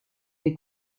des